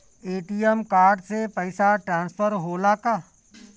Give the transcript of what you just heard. ATM card से पैसा transfer होला का?